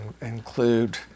include